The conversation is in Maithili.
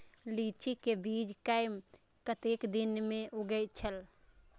लीची के बीज कै कतेक दिन में उगे छल?